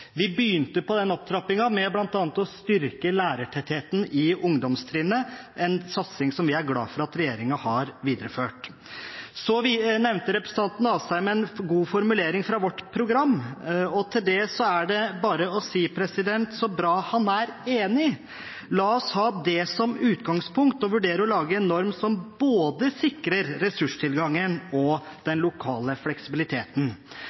Vi begynte på den opptrappingen med bl.a. å styrke lærertettheten på ungdomstrinnet, en satsing som jeg er glad for at regjeringen har videreført. Representanten Asheim nevnte en god formulering fra vårt program. Til det er det bare å si: Så bra at han er enig! La oss ha det som utgangspunkt og vurdere å lage en norm som sikrer både ressurstilgangen og den lokale fleksibiliteten.